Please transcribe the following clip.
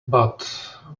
but